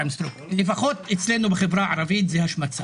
לפחות אצלנו ההשוואה עם סטרוק היא השמצה.